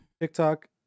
TikTok